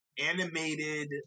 animated